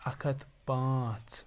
اَکھ ہَتھ پانٛژھ